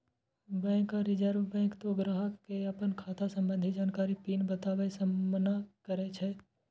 bank आ reserve bank तें ग्राहक कें अपन खाता संबंधी जानकारी, पिन बताबै सं मना करै छै